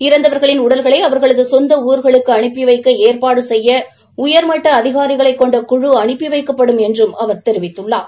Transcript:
இறந்தவா்களின் உடல்களை அவா்களது சொந்த ஊர்களுக்கு அனுப்பி வைக்க ஏற்பாடு செய்ய உயாமட்ட அதிகாரிகளைக் கொண்ட குழு அனுப்பி வைக்கப்படும் என்றும் அவர் தெரிவித்துள்ளார்